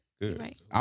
Right